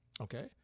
Okay